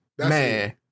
man